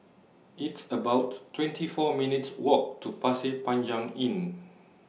It's about twenty four minutes' Walk to Pasir Panjang Inn